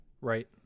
Right